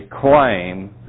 claim